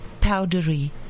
powdery